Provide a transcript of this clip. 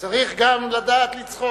צריך גם לדעת לצחוק.